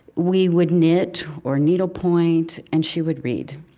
we would knit, or needlepoint, and she would read.